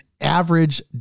average